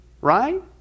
Right